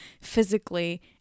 physically